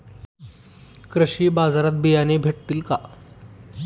कृषी बाजारात बियाणे भेटतील का?